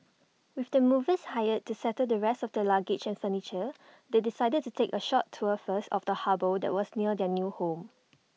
with the movers hired to settle the rest of their luggage and furniture they decided to take A short tour first of the harbour that was near their new home